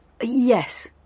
Yes